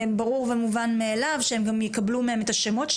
ברור ומובן מאליו שהם גם יקבלו מהם את השמות של